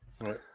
Right